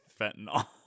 fentanyl